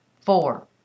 Four